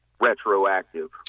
retroactive